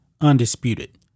Undisputed